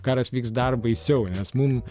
karas vyks dar baisiau nes mum